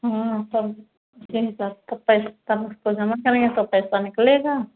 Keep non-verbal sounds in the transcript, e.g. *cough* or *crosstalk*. हाँ तब *unintelligible* पैसा जमा करेंगे तो पैसा निकलेगा